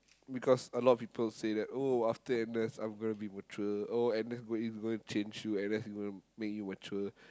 because a lot of people say that oh after N_S I'm gonna be mature oh N_S go in gonna change you N_S gonna make you mature